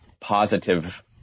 positive